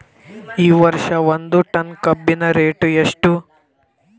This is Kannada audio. ಈ ವರ್ಷ ಒಂದ್ ಟನ್ ಕಬ್ಬಿನ ರೇಟ್ ಎಷ್ಟು?